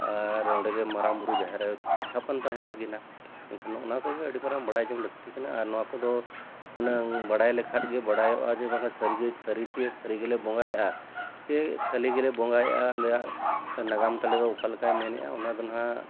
ᱟᱨ ᱚᱸᱰᱮᱜᱮ ᱢᱟᱨᱟᱝ ᱵᱩᱨᱩ ᱡᱟᱦᱮᱨ ᱟᱭᱳ ᱛᱟᱹᱠᱤᱱᱟᱜ ᱛᱷᱟᱯᱚᱱ ᱛᱟᱦᱮᱱ ᱛᱟᱹᱠᱤᱱᱟ ᱮᱱᱠᱷᱟᱱ ᱚᱱᱟ ᱠᱚᱜᱮ ᱟᱹᱰᱤ ᱢᱟᱨᱟᱝ ᱵᱟᱲᱟᱭ ᱡᱚᱝ ᱞᱟᱹᱠᱛᱤ ᱠᱟᱱᱟ ᱟᱨ ᱱᱚᱣᱟ ᱠᱚᱫᱚ ᱦᱩᱱᱟᱹᱝ ᱵᱟᱲᱟᱭ ᱞᱮᱠᱷᱟᱱ ᱜᱮ ᱵᱟᱲᱟᱭᱚᱜᱼᱟ ᱡᱮ ᱵᱟᱝ ᱥᱟᱹᱨᱤᱪᱮ ᱥᱟᱹᱨᱤᱜᱮᱞᱮ ᱵᱚᱸᱜᱟᱭᱮᱜᱼᱟ ᱡᱮ ᱠᱷᱟᱹᱞᱤ ᱜᱮᱞᱮ ᱵᱚᱸᱜᱟᱭᱮᱜᱼᱟ ᱟᱞᱮᱭᱟᱜ ᱱᱟᱜᱟᱢ ᱛᱟᱞᱮ ᱫᱚ ᱚᱠᱟ ᱞᱮᱠᱟᱭ ᱢᱮᱱᱮᱜᱼᱟ ᱚᱱᱟᱫᱚ ᱱᱟᱦᱟᱜ